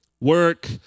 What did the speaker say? work